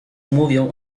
mówią